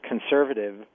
conservative